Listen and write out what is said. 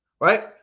right